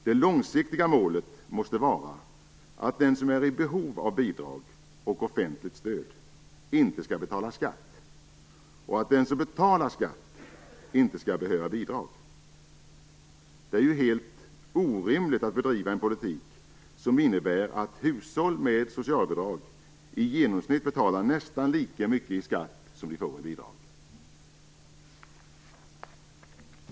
Det långsiktiga målet måste vara att den som är i behov av bidrag och offentligt stöd inte skall betala skatt och att den som betalar skatt inte skall behöva bidrag. Det är ju helt orimligt att bedriva en politik som innebär att hushåll med socialbidrag i genomsnitt betalar nästan lika mycket skatt som de får i bidrag.